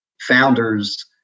founders